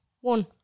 One